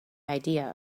idea